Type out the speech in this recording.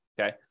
Okay